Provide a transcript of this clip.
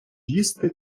їсти